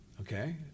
Okay